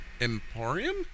Emporium